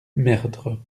merdre